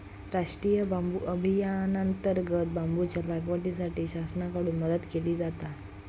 राष्टीय बांबू अभियानांतर्गत बांबूच्या लागवडीसाठी शासनाकडून मदत केली जाता